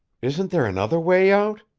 isn't there another way out?